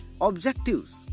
objectives